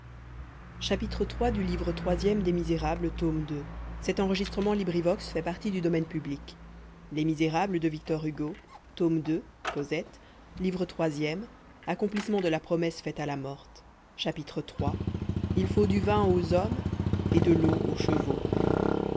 livre troisième accomplissement de la promesse faite à la morte chapitre i la question de l'eau à montfermeil chapitre ii deux portraits complétés chapitre iii il faut du vin aux hommes et de l'eau aux chevaux